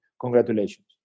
congratulations